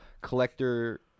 collector